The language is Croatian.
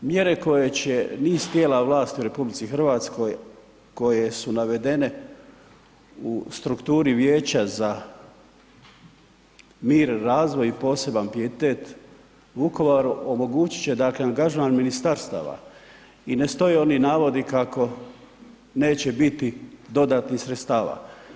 Mjere koje će niz tijela vlasti u RH koje su navedene u strukturi Vijeća za mir, razvoj i poseban pijetet Vukovaru, omogućit će dakle, angažman ministarstava i ne stoje oni navodi kako neće biti dodatnih sredstava.